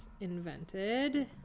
invented